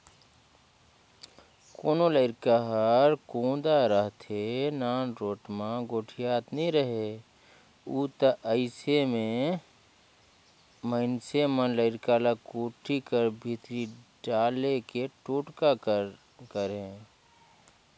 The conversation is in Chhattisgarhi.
कोनो लरिका हर कोदा रहथे, नानरोट मे गोठियात नी रहें उ ता अइसे मे मइनसे मन लरिका ल कोठी कर भीतरी डाले के टोटका करय